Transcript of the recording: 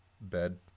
bed